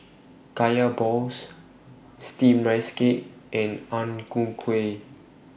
Kaya Balls Steamed Rice Cake and Ang Ku Kueh